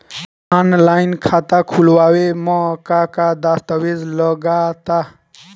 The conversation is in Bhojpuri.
आनलाइन खाता खूलावे म का का दस्तावेज लगा ता?